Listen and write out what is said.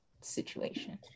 situation